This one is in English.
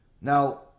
now